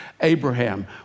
Abraham